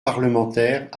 parlementaire